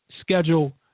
schedule